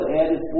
added